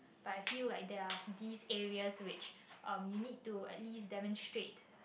but I feel like there are these areas which um you need to at least demonstrate